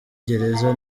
gereza